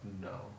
no